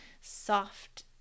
soft